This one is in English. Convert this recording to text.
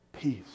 peace